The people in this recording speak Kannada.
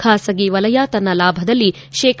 ಖಾಸಗಿ ವಲಯ ತನ್ನ ಲಾಭದಲ್ಲಿ ತೇ